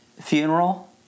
funeral